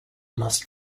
most